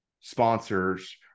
sponsors